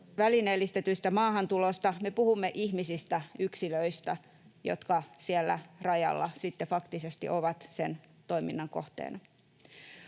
välineellistetystä maahantulosta, me puhumme ihmisistä, yksilöistä, jotka siellä rajalla sitten faktisesti ovat sen toiminnan kohteena.